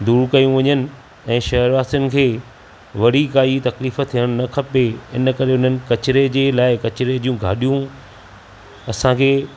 दूर कयूं वञनि ऐं शहरवासियुन खे वरी काई तकलीफ़ थियण न खपे इन करे हुननि कचिरे जे लाइ कचिरे जूं गाॾियूं असांखे